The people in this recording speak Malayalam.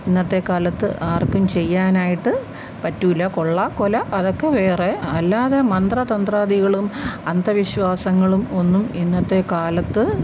ഇന്നത്തെ കാലത്ത് ആർക്കും ചെയ്യാനായിട്ട് പറ്റില്ല കൊള്ള കൊല അതൊക്കെ വേറെ അല്ലാതെ മന്ത്ര തന്ത്രാദികളും അന്ധവിശ്വാസങ്ങളും ഒന്നും ഇന്നത്തെ കാലത്ത്